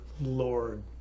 Lord